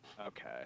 okay